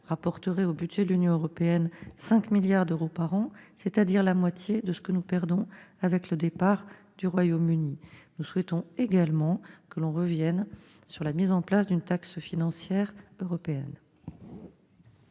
rapporterait au budget de l'Union européenne 5 milliards d'euros par an, c'est-à-dire la moitié de ce que nous perdons avec le départ du Royaume-Uni. Nous souhaitons aussi que l'on revienne sur la mise en place d'une taxe financière européenne.